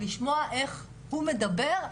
כי לשמוע איך הוא מדבר?